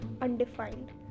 undefined